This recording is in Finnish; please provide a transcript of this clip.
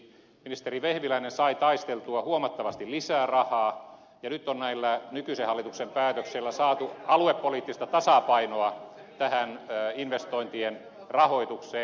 ministeri vehviläinen sai taisteltua huomattavasti lisää rahaa ja nyt on näillä nykyisen hallituksen päätöksillä saatu aluepoliittista tasapainoa tähän investointien rahoitukseen